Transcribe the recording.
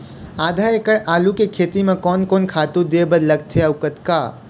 आधा एकड़ आलू के खेती म कोन कोन खातू दे बर लगथे अऊ कतका?